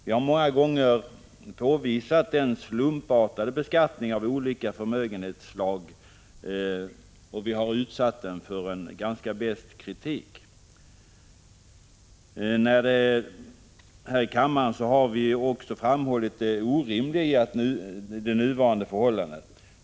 Vi har många gånger visat på den slumpartade beskattningen av olika förmögenhetsslag och utsatt den för ganska besk kritik. Här i kammaren har vi också framhållit det orimliga i de nuvarande förhållandena.